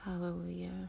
Hallelujah